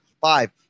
five